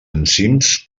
enzims